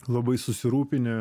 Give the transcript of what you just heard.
labai susirūpinę